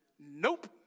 Nope